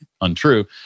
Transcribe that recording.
untrue